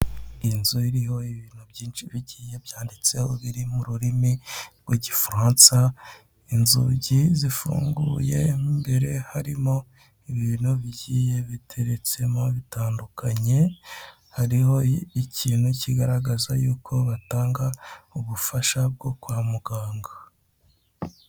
Inzu iriho ibintu byinshi bigiye byanditseho biri mu ururimi rw'igifaransa inzugi zifunguye mo imbere harimo ibintu bigiye biteretsemo bitandukanye, hariho ikintu kigaragaza yuko batanga ubufasha bwo kwa muganga.